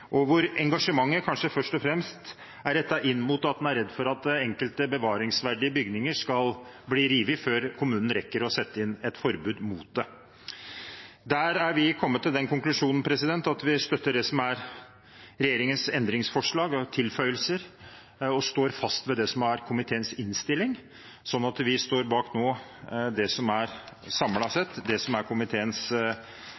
virkninger, hvor engasjementet vel først og fremst er rettet inn mot at en er redd for at enkelte bevaringsverdige bygninger skal bli revet før kommunen rekker å sette inn et forbud mot det. Der er vi kommet til den konklusjonen at vi støtter det som er regjeringens endringsforslag og tilføyelser, og står fast ved det som er komiteens innstilling. Vi står altså bak det som er